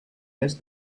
res